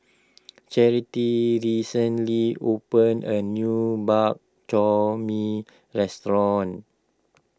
Charity recently opened a new Bak Chor Mee restaurant